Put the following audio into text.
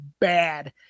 bad